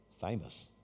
Famous